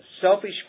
selfish